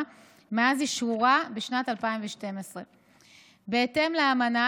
מאז אשרורה בשנת 2012. בהתאם לאמנה,